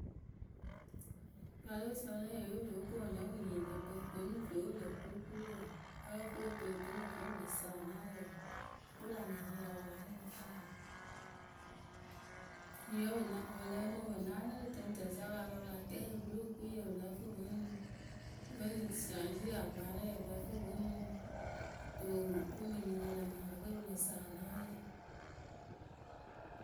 Pano solɛ ye we wɨ lóo koonu lǝ wɨ nyɩɩnɩkpǝ vǝ nuŋ fɛɛwe wɨ lǝ kurukuru wǝǝ ǝ fɨ o too ǝ tɨnɨ vǝ nuŋ pɨ lq sǝ anaayǝ wǝǝ oturu lä nyarɨwǝ ya wɨ láa nyɩnɩ fwanyɩŋ Enyipǝ pɨ na pɨ lǝǝmɨ pɨ naanɨ rɨ tɨŋtǝǝwǝ sa pɨ la lɔ pɨ la tɛ rɨ pɨlo okuyǝ pɨ lǝ́ǝ fɨ pɨŋ. pɨŋ siazie aparɛ pɨ lǝ́ǝ fɨ pɨ ŋ to wɨ ŋ mɨ nytɩnɩ rɨ lä nyarɨwǝ kǝ́ pɨ lǝ sǝ anaayǝ.